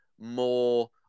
more